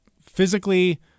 physically